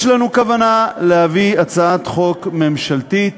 יש לנו כוונה להביא הצעת חוק ממשלתית,